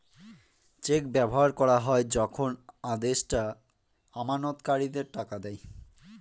check ব্যবহার করা হয় যখন আদেষ্টা আমানতকারীদের টাকা দেয়